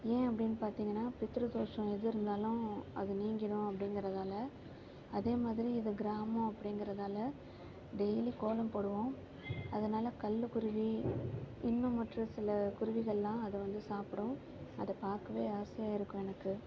ஏன் அப்படின் பார்த்திங்கனா பித்ரு தோஷம் எது இருந்தாலும் அது நீங்கிடும் அப்படிங்கிறதால அதே மாதிரி இது கிராமம் அப்படிங்கிறதால டெய்லி கோலம் போடுவோம் அதனால் கல்லுக்குருவி இன்னும் மற்ற சில குருவிகள்லாம் அதை வந்து சாப்பிடும் அதை பார்க்கவே ஆசையாக இருக்கும் எனக்கு